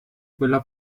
quella